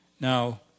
Now